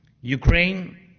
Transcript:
Ukraine